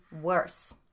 worse